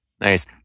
Nice